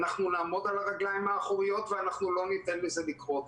נעמוד על הרגליים האחוריות ולא ניתן לזה לקרות.